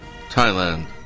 Thailand